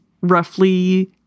roughly